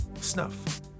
snuff